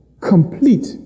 complete